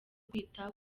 kwita